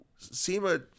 SEMA